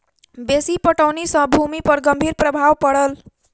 बेसी पटौनी सॅ भूमि पर गंभीर प्रभाव पड़ल